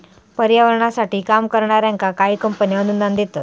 पर्यावरणासाठी काम करणाऱ्यांका काही कंपने अनुदान देतत